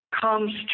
comes